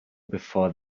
before